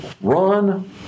Run